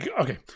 okay